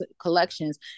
collections